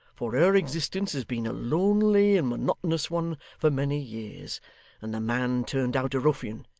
for her existence has been a lonely and monotonous one for many years and the man turned out a ruffian,